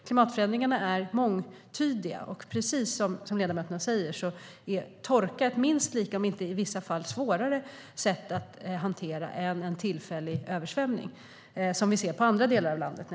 Klimatförändringarna är mångtydiga, och precis som ledamöterna säger är torka ett minst lika svårt, om inte i vissa fall ännu svårare, problem att hantera som en tillfällig översvämning som vi ser i andra delar av landet.